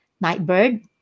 Nightbird